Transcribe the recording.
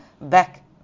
back